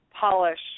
polish